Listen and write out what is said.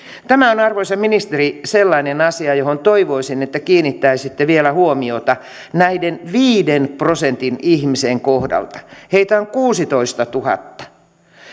tämä on arvoisa ministeri sellainen asia johon toivoisin että kiinnittäisitte vielä huomiota näiden viiden prosentin kohdalta heitä on kuusitoistatuhatta